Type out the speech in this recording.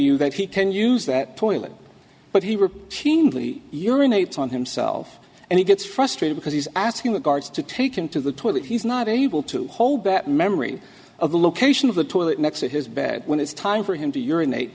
you that he can use that toilet but he were keenly urinates on himself and he gets frustrated because he's asking the guards to take him to the toilet he's not able to hold that memory of the location of the toilet next to his bed when it's time for him to urinate